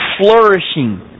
flourishing